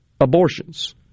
abortions